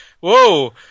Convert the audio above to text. Whoa